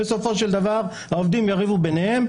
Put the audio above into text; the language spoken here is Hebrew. בסופו של דבר, העובדים יריבו ביניהם.